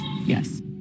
Yes